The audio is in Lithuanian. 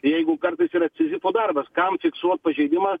jeigu kartais yra sizifo darbas kam fiksuot pažeidimą